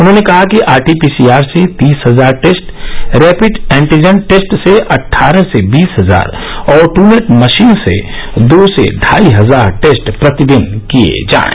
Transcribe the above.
उन्होंने कहा कि आरटी पीसीआर से तीस हजार टेस्ट रैपिड एन्टीजन टेस्ट से अट्ठारह से बीस हजार और टूनेट मशीन से दो से ढाई हजार टेस्ट प्रतिदिन किए जाएं